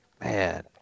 man